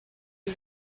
les